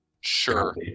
Sure